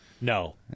no